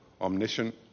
omniscient